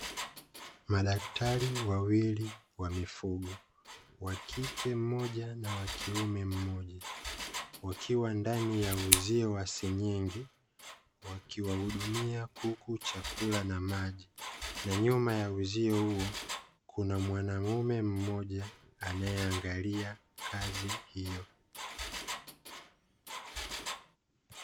Madaktari wawili wa mifugo; wakike mmoja na wakiume mmoja wakiwa ndani ya uzio wa sinyenge wakiwahudumia kuku chakula na maji, na nyuma ya uzio huo kuna mwanaume mmoja anayeangalia kazi hiyo.